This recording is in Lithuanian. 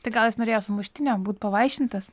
tai gal jis norėjo sumuštinio būt pavaišintas